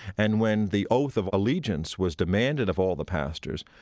and when the oath of allegiance was demanded of all the pastors,